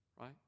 Right